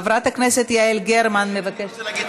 חברת הכנסת יעל גרמן מבקשת,